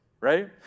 Right